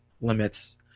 limits